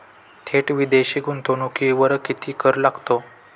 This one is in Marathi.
थेट विदेशी गुंतवणुकीवर किती कर लागतो?